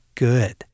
Good